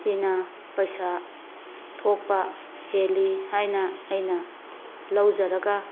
ꯁꯤꯅ ꯄꯩꯁꯥ ꯊꯣꯛꯄ ꯍꯦꯜꯂꯤ ꯍꯥꯏꯅ ꯑꯩꯅ ꯂꯧꯖꯔꯒ